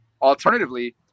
Alternatively